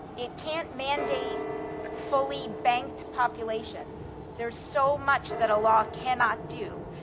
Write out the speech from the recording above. it can't mandate fully banked populations. there's so much that a law cannot do,